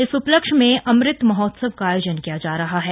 इस उपलक्ष्य में अमृत महोत्सव का अयोजन किया जा रहा है